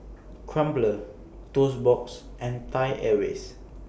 Crumpler Toast Box and Thai Airways